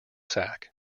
sac